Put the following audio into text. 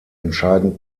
entscheidend